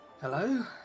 Hello